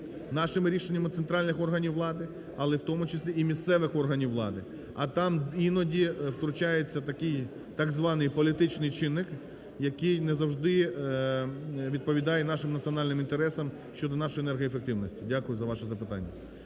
нашими рішеннями, центральних органів влади, але в тому числі і місцевих органів влади. А там іноді втручається так званий політичний чинник, який не завжди відповідає нашим національним інтересам щодо нашої енергоефективності. Дякую за ваше запитання.